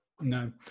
No